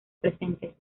presentes